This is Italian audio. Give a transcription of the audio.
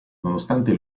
nonostante